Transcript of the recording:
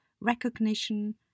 recognition